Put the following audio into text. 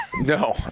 No